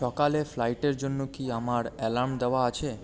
সকালে ফ্লাইটের জন্য কি আমার অ্যালার্ম দেওয়া আছে